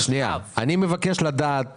אני מבקש לדעת